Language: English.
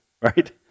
right